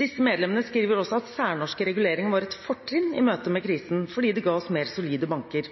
Disse medlemmene skriver også at særnorske reguleringer var et fortrinn i møte med krisen, fordi det ga oss mer solide banker.